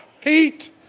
heat